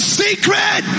secret